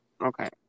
Okay